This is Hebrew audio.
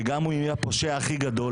וגם אם הוא יהיה הפושע הכי גדול,